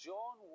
John